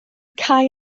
cau